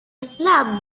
slab